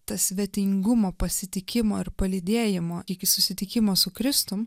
ta svetingumo pasitikimo ir palydėjimo iki susitikimo su kristum